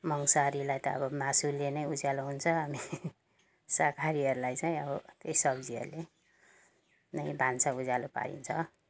मांसाहारीलाई त अब मासुले नै उज्यालो हुन्छ अनि शाकाहारीहरूलाई चाहिँ अब त्यही सब्जीहरूले नै भान्सा उज्यालो पारिन्छ